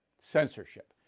Censorship